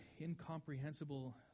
incomprehensible